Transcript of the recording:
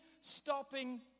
stopping